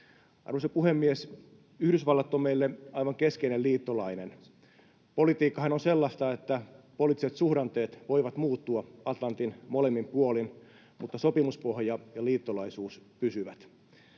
Arvoisa puhemies! Yhdysvallat on meille aivan keskeinen liittolainen. Politiikkahan on sellaista, että poliittiset suhdanteet voivat muuttua Atlantin molemmin puolin, mutta sopimuspohja ja liittolaisuus pysyvät.